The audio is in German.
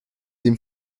dem